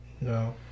No